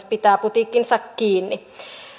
pitää putiikkinsa myös kiinni